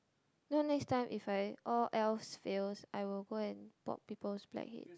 then next time if I all else fails I will go and pop people's blackhead